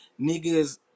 niggas